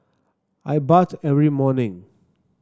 I bath every morning